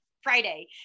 friday